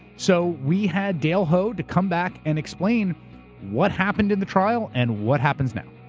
so we had dale ho to come back and explain what happened in the trial and what happens now.